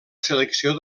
selecció